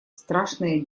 страшное